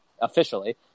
officially